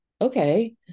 Okay